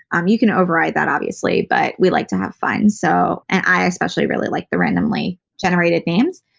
um you can override that obviously but we like to have fun so and i especially really like the randomly generated themes.